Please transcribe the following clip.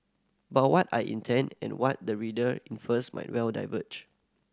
but what I intend and what the reader infers might well diverge